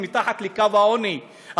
הם מתחת לקו העוני,